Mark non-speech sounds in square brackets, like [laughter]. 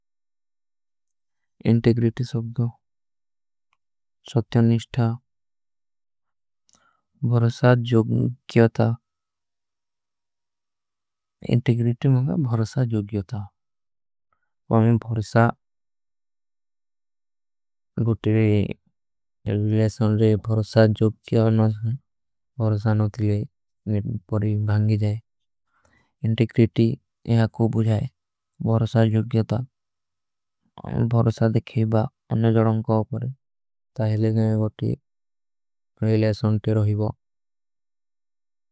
ଇଂଟେଗ୍ରୀଟୀ ସବ୍ଦୋ ସତ୍ଯନିଷ୍ଠା ଭରସାଦ ଜୋଗ୍ଯତା ଇଂଟେଗ୍ରୀଟୀ। ମେଂ ଭରସାଦ ଜୋଗ୍ଯତା ପର ମେଂ ଭରସାଦ। [hesitation] ଗୁଟେଵେ ଏକ ଲେଶନ ଜୋ ଭରସାଦ ଜୋଗ୍ଯତା ଭରସାଦ। ନୋତିଲେ [hesitation] ଭରସାଦ ଭାଗୀ ଜାଏ। ଇଂଟେଗ୍ରୀଟୀ ଯହାଁ କୋ ବୁଜାଏ ଭରସାଦ ଜୋଗ୍ଯତା।